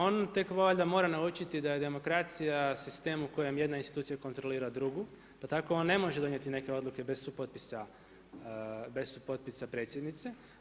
On tek valjda mora naučiti da je demokracija sistem u kojem jedna institucija kontrolira drugu, pa tako on ne može donijeti neke odluke bez supotpisa predsjednice.